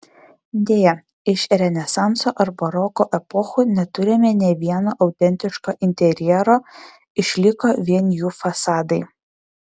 deja iš renesanso ar baroko epochų neturime nė vieno autentiško interjero išliko vien jų fasadai